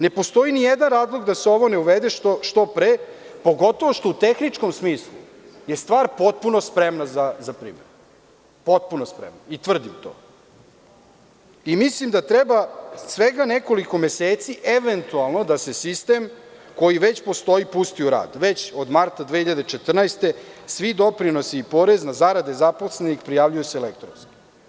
Ne postoji ni jedan razlog da se ovo ne uvede što pre, pogotovo što je u tehničkom smislu stvar potpuno spremna za primenu, potpuno spremna, tvrdim to, i mislim da treba svega nekoliko meseci eventualno da se sistem koji već postoji pusti u rad već od marta 2014. godine, svi doprinosi i porezi na zarade zaposlenih prijavljuju se elektronski.